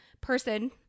person